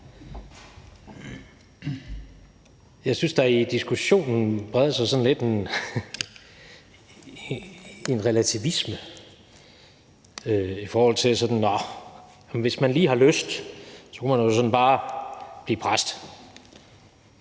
Jeg synes, der i diskussionen lidt breder sig en relativisme, i forhold til sådan at sige, at nåh, hvis man lige har lyst, kan man jo bare sådan blive præst.